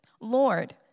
Lord